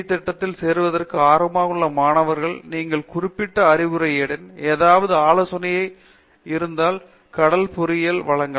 D திட்டத்தில் சேர்வதற்கு ஆர்வமாக உள்ள மாணவர்களிடம் நீங்கள் குறிப்பிட்ட அறிவுரையுடன் ஏதாவது ஆலோசனைகள் இருந்தால் கடல் பொறியியலில் வழங்கலாம்